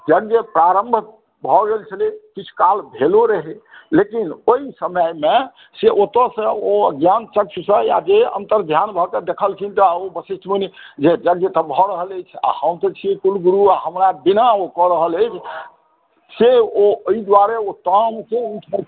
यज्ञ प्रारम्भ भऽ गेल छलै किछुकाल भेले रहै लेकिन ओहि समयमे ओतय सॅं ओ ज्ञान चक्षुसॅं अंतर्ध्यान भऽ के देखलखिन तऽ ओ वशिष्ठ मुनि जे यज्ञ तऽ भऽ रहल छै हम छियै कुलगुरु हमरा बिना ओ कऽ रहल अहि से ओ एहि दुआरे तामसे